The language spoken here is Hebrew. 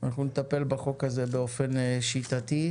אנחנו נטפל בחוק הזה באופן שיטתי.